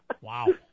Wow